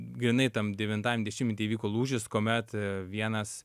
grynai tam devintajam dešimtmety įvyko lūžis kuomet vienas